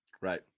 Right